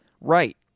right